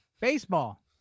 baseball